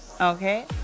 okay